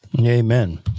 Amen